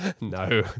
No